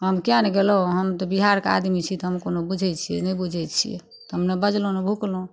हम किएक नहि गेलहुँ हम तऽ बिहारके आदमी छी तऽ हम कोनो बुझै छिए नहि बुझै छिए तऽ हम नहि बजलहुँ नहि भूकलहुँ